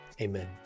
amen